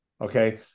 Okay